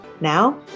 Now